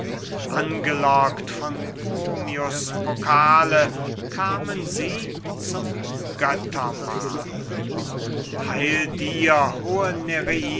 angelockt von bromius pokale kamen sie zum göttermahle heil dir hohe